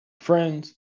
friends